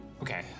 Okay